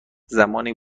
زمانی